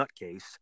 nutcase